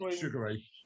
sugary